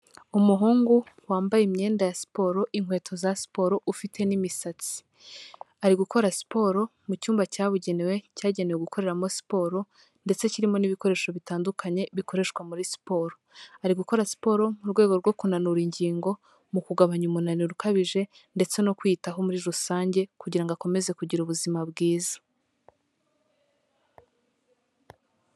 Umuhungu wambaye imyenda ya siporo, inkweto za siporo ufite n'imisatsi, ari gukora siporo mu cyumba cyabugenewe cyagenewe gukoreramo siporo ndetse kirimo n'ibikoresho bitandukanye bikoreshwa muri siporo, ari gukora siporo mu rwego rwo kunanura ingingo mu kugabanya umunaniro ukabije ndetse no kwiyitaho muri rusange kugira ngo akomeze kugira ubuzima bwiza.